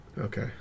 Okay